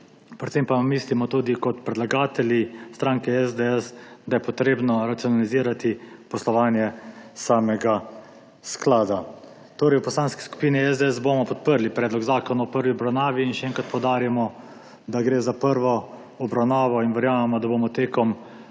Predvsem pa kot predlagatelji, stranka SDS, menimo, da je treba racionalizirati poslovanje samega sklada. V Poslanski skupini SDS bomo podprli predlog zakona v prvi obravnavi. Še enkrat poudarjamo, da gre za prvo obravnavo, in verjamemo, da bomo tekom